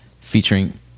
featuring